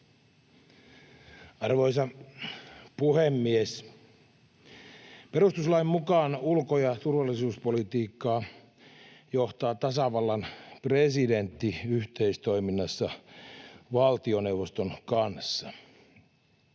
Arvoisa puhemies! Perustuslain mukaan ulko- ja turvallisuuspolitiikkaa johtaa tasavallan presidentti yhteistoiminnassa valtioneuvoston kanssa.